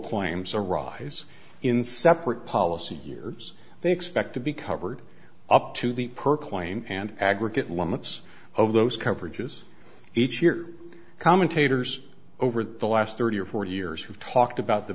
claims arise in separate policy years they expect to be covered up to the per claim and aggregate limits of those coverages each year commentators over the last thirty or forty years have talked about the